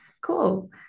cool